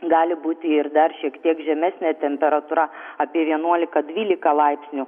gali būti ir dar šiek tiek žemesnė temperatūra apie vienuolika dvylika laipsnių